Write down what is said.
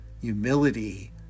Humility